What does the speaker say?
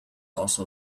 also